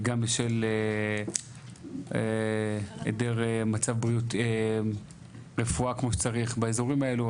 גם בשל העדר רפואה כמו שצריך באזורים האלה.